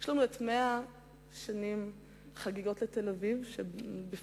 יש לנו את חגיגות 100 השנה לתל-אביב שבפני